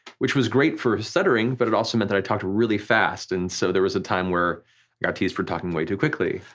which was great for stuttering, but it also meant that i talked really fast, and so there was a time where i got teased for talking way too quickly.